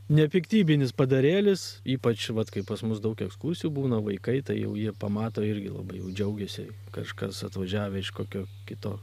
nepiktybinis padarėlis ypač vat kai pas mus daug ekskursijų būna vaikai tai jau jie pamato irgi labai jau džiaugiasi kažkas atvažiavę iš kokio kito